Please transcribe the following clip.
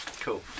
cool